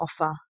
offer